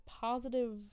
positive